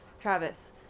Travis